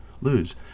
lose